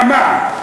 M-18, עם המע"מ.